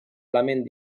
element